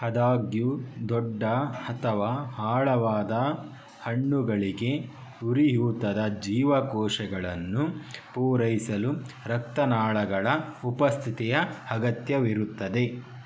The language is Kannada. ಆದಾಗ್ಯೂ ದೊಡ್ಡ ಅಥವಾ ಆಳವಾದ ಹುಣ್ಣುಗಳಿಗೆ ಉರಿಯೂತದ ಜೀವಕೋಶಗಳನ್ನು ಪೂರೈಸಲು ರಕ್ತನಾಳಗಳ ಉಪಸ್ಥಿತಿಯ ಅಗತ್ಯವಿರುತ್ತದೆ